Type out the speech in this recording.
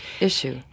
issue